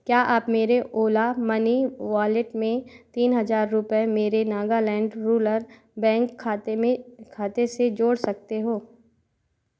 क्या आप मेरे ओला मनी वॉलेट में तीन हजार रुपये मेरे नागालैंड रूलर बैंक खाते में खाते से जोड़ सकते हो